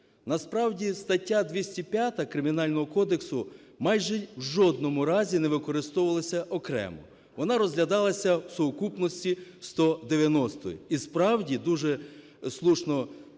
Насправді стаття 205 Кримінального кодексу майже в жодному разі не використовувалася окремо, вона розглядалася у сукупності із 190-ю. І справді, дуже слушно відмітив